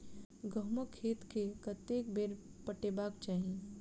गहुंमक खेत केँ कतेक बेर पटेबाक चाहि?